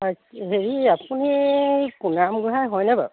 হয় হেৰি আপুনি কুনাৰাম গোহাঁই হয়নে বাৰু